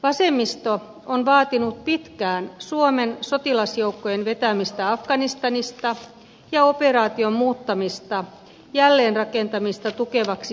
vasemmisto on vaatinut pitkään suomen sotilasjoukkojen vetämistä afganistanista ja operaation muuttamista jälleenrakentamista tukevaksi siviilioperaatioksi